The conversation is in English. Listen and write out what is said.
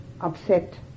upset